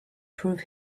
prove